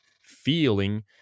feeling